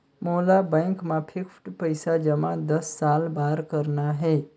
मोला बैंक मा फिक्स्ड पइसा जमा दस साल बार करना हे?